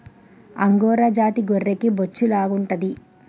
angora జాతి గొర్రెకి బొచ్చు లావుంటాది